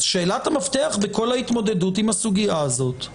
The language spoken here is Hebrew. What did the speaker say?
אז שאלת המפתח בכל ההתמודדות עם הסוגייה הזאת,